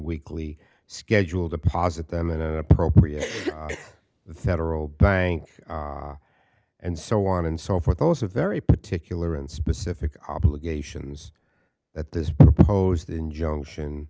weekly schedule deposit them in an appropriate the federal bank and so on and so forth those are very particular and specific obligations that this proposed injunction